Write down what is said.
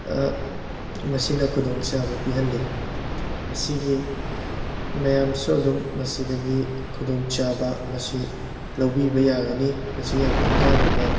ꯃꯁꯤꯅ ꯈꯨꯗꯣꯡꯆꯥꯕ ꯄꯤꯍꯜꯂꯤ ꯃꯁꯤꯒꯤ ꯃꯌꯥꯝꯁꯨ ꯑꯗꯨꯝ ꯃꯁꯤꯗꯒꯤ ꯈꯨꯗꯣꯡꯆꯥꯕ ꯃꯁꯤ ꯂꯧꯕꯤꯕ ꯌꯥꯒꯅꯤ ꯃꯁꯤ ꯌꯥꯝꯅ ꯀꯥꯅꯕ